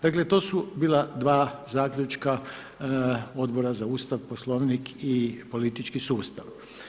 Dakle to su bila dva zaključka Odbora za Ustav, Poslovnik i politički sustav.